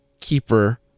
keeper